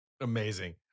Amazing